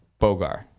Bogar